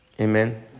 Amen